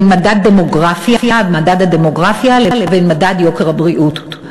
בין מדד הדמוגרפיה לבין מדד יוקר הבריאות.